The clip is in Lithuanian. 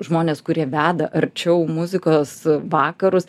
žmonės kurie veda arčiau muzikos vakarus